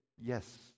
yes